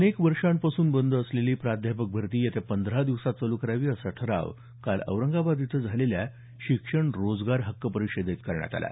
अनेक वर्षांपासून बंद असलेली प्राध्यापक भरती येत्या पंधरा दिवसात चालू करावी असा ठराव काल औरंगाबाद इथं झालेल्या शिक्षण रोजगार हक्क परिषदेत करण्यात आला